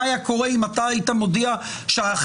מה היה קורה אם אתה היית מודיע שאחרי